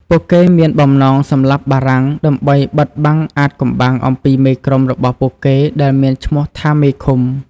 ពួកគេមានបំណងសម្លាប់បារាំងដើម្បីបិទបាំងអាថ៌កំបាំងអំពីមេក្រុមរបស់ពួកគេដែលមានឈ្មោះថាមេឃុំ។